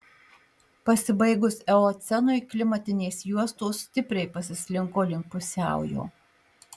pasibaigus eocenui klimatinės juostos stipriai pasislinko link pusiaujo